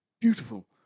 beautiful